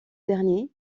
dernier